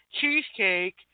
cheesecake